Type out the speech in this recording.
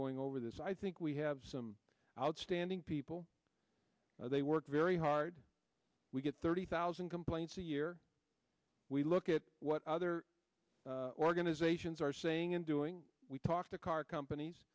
going over this i think we have some outstanding people they work very hard we get thirty thousand complaints a year we look at what other organizations are saying and doing we talk to car companies